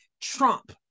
Trump